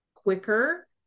Quicker